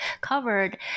covered